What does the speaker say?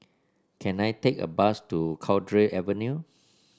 can I take a bus to Cowdray Avenue